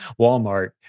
Walmart